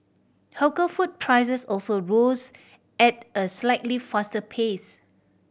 hawker food prices also rose at a slightly faster pace